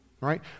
right